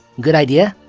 good idea.